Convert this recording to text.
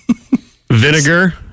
Vinegar